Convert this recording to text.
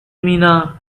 mina